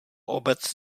obec